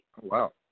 Wow